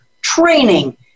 training